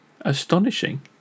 astonishing